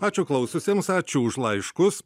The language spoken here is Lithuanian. ačiū klausiusiems ačiū už laiškus